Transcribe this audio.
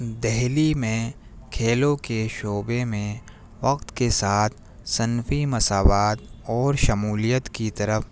دہلی میں کھیلوں کے شعبے میں وقت کے ساتھ صنفی مساوات اور شمولیت کی طرف